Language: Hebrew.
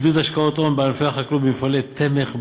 עידוד השקעות הון בענפי החקלאות, במפעלי תמך,